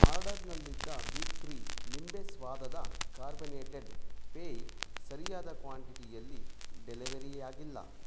ಆರ್ಡರ್ನಲ್ಲಿದ್ದ ಬೀಪ್ರೀ ನಿಂಬೆ ಸ್ವಾದದ ಕಾರ್ಬನೇಟೆಡ್ ಪೇಯ ಸರಿಯಾದ ಕ್ವಾಂಟಿಟಿಯಲ್ಲಿ ಡೆಲಿವರಿ ಆಗಿಲ್ಲ